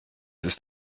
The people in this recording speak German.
ist